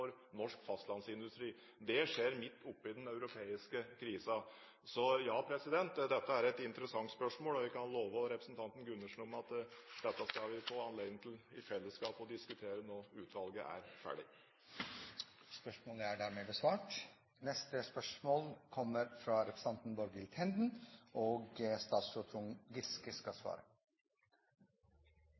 norsk fastlandsindustri. Det skjer midt oppe i den europeiske krisen. Så, ja, dette er et interessant spørsmål, og jeg kan love representanten Gundersen at dette skal vi få anledning til å diskutere i fellesskap når utvalget er ferdig.